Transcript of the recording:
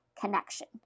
connection